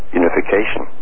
unification